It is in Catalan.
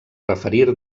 referir